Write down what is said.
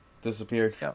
disappeared